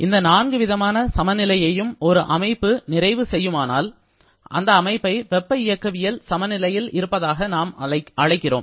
இந்த நான்கு விதமான சமநிலையை அடையும் ஒரு அமைப்பு நிறைவு செய்யுமானால் அந்த அமைப்பை வெப்ப இயக்கவியல் சமநிலையில் இருப்பதாக நாம் அழைக்கிறோம்